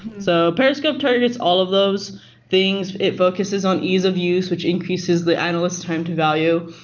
so periscope targets all of those things. it focuses on ease of use which increases the analyst time to value.